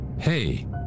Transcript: Hey